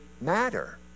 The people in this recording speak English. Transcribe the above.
matter